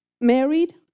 married